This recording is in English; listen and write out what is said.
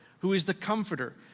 who is the comforter,